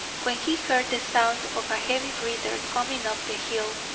when he heard the sound of a heavy breather coming up the hill,